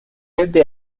noroeste